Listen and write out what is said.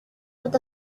with